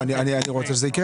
אני רוצה שזה יקרה.